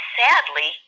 sadly